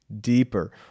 deeper